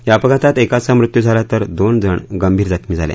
या अपघातात एकाचा मृत्यू झाला तर दोन जण गभीर जखमी झाले